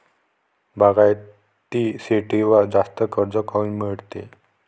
बागायती शेतीवर जास्त कर्ज काऊन मिळते?